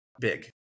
big